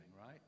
right